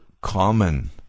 common